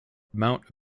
mount